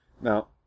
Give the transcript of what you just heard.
Now